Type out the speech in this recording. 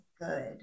good